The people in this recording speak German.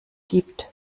gibt